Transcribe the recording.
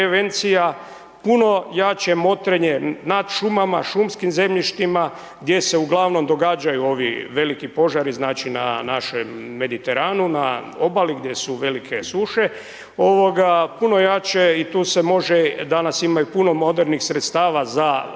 prevencija, puno jače motrenje nad šumama, šumskim zemljištima, gdje se uglavnom događaju ovi veliki požari, znači na našem Mediteranu, na obali gdje su velike suše, puno jače i tu se može, danas ima i puno modernih sredstava za motrenje